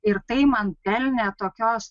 ir tai man pelnė tokios